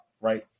Right